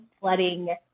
flooding